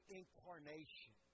incarnation